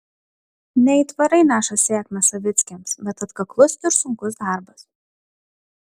ne aitvarai neša sėkmę savickiams bet atkaklus ir sunkus darbas